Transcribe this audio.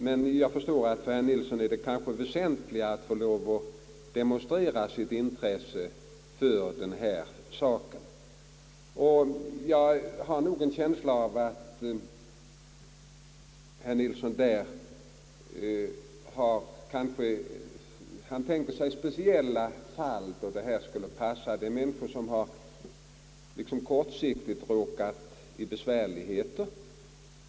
Men jag förstår att för herr Nilsson är det kanske väsentligare att få demonstrera sitt intresse för denna sak. Jag har en känsla av att herr Nilsson tänker sig speciella fall då detta tillvägagångssätt skulle passa — för människor som kortsiktigt råkat i besvärligheter.